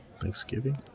Thanksgiving